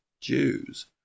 Jews